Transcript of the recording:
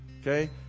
Okay